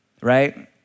right